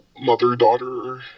mother-daughter